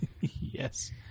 yes